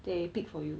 they pick for you